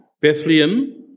Bethlehem